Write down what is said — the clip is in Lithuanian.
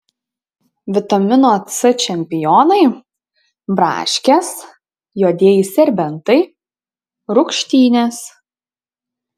vitamino c čempionai braškės juodieji serbentai rūgštynės